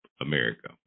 America